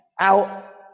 out